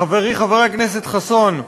חברי חבר הכנסת חסון,